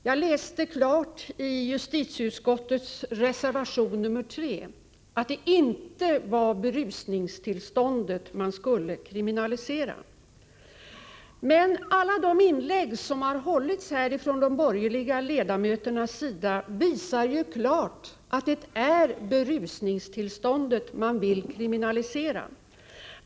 Jag läste klart i reservation 3 vid justitieutskottets betänkande att det inte var berusningstillståndet man skulle kriminalisera. Alla inlägg i dag från de borgerliga ledamöternas sida visar dock klart att det är berusningstillståndet man vill kriminalisera.